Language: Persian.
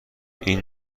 این